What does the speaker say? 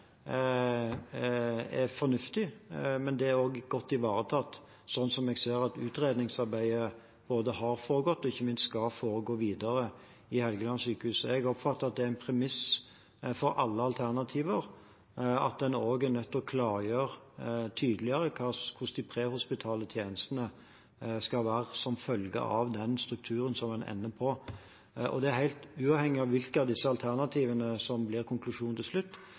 er fornuftig, men det er også godt ivaretatt gjennom måten jeg ser at utredningsarbeidet både har foregått på og ikke minst skal foregå på videre i Helgelandssykehuset. Jeg oppfatter at det er en premiss for alle alternativer at en også er nødt til å klargjøre tydeligere hvordan de prehospitale tjenestene skal være, som følge av den strukturen en ender på. Helt uavhengig av hvilket av disse alternativene som blir konklusjonen til slutt,